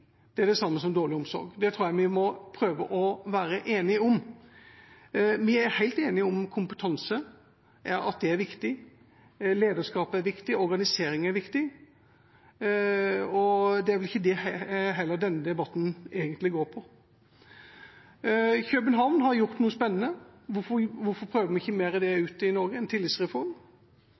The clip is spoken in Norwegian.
er det samme som dårlig omsorg. Det tror jeg vi må prøve å være enige om. Vi er helt enige om at kompetanse er viktig, at lederskap er viktig, og at organisering er viktig. Det er vel heller ikke det denne debatten egentlig går på. København har gjort noe spennende. Hvorfor prøver vi ikke det mer ut i Norge – en tillitsreform?